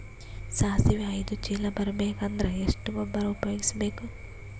ಸಾಸಿವಿ ಐದು ಚೀಲ ಬರುಬೇಕ ಅಂದ್ರ ಎಷ್ಟ ಗೊಬ್ಬರ ಉಪಯೋಗಿಸಿ ಬೇಕು?